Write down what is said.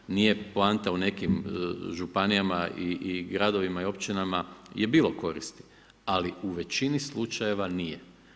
Ne to nije poanta u nekim županijama i gradovima i općinama je bilo koristi, ali u većini slučajeva nije.